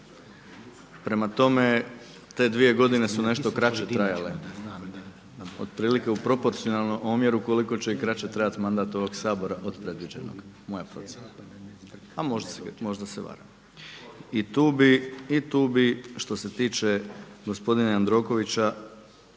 Prema tome, te dvije godine su nešto kraće trajale otprilike u proporcionalnom omjeru koliko će i kraće trati mandat ovog Sabora od predviđenog, moja procjena, a možda se varam. I tu bih što se tiče gospodine Jandrokovića